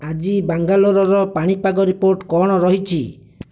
ଆଜି ବାଙ୍ଗାଲୋରର ପାଣିପାଗ ରିପୋର୍ଟ୍ କ'ଣ ରହିଛି